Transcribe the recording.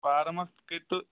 form اکھ کرتو